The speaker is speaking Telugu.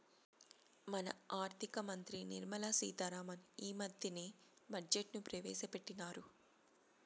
మన ఆర్థిక మంత్రి నిర్మలా సీతా రామన్ ఈ మద్దెనే బడ్జెట్ ను ప్రవేశపెట్టిన్నారు